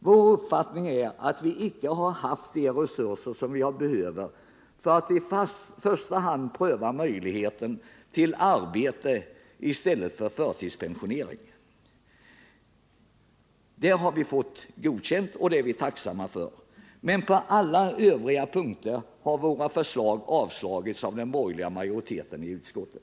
Vår uppfattning är att samhället icke har haft de resurser som behövs för att i första hand pröva möjligheten till arbete i stället för förtidspensionering. På dessa punkter har vi fått våra krav tillstyrkta, och det är vi tacksamma för. Men på alla övriga punkter har våra förslag avstyrkts av den borgerliga majoriteten i utskottet.